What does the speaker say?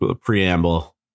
preamble